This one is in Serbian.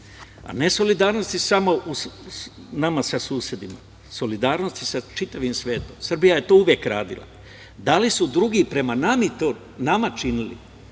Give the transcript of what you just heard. a ne solidarnosti samo nas sa susedima, već solidarnosti sa čitavim svetom. Srbija je to uvek radila. Da li su drugi prema nama to činili?